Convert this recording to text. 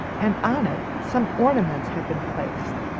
and on it some ornaments had been placed.